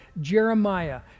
Jeremiah